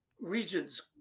region's